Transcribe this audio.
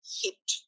hit